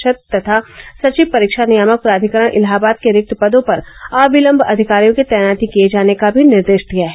ाद तथा सचिव परीक्षा नियामक प्राधिकारी इलाहाबाद के रिक्त पदों पर अविलम्ब अधिकारियों की तैनाती किये जाने का भी निर्देश दिया है